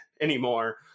anymore